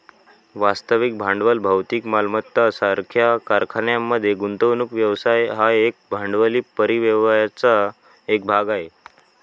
वास्तविक भांडवल भौतिक मालमत्ता सारख्या कारखान्यांमध्ये गुंतवणूक व्यवसाय हा एकूण भांडवली परिव्ययाचा एक भाग आहे